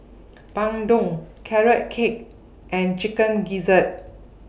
Bandung Carrot Cake and Chicken Gizzard